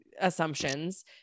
assumptions